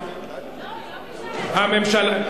היא לא ביקשה להצביע.